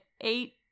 eight